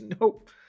nope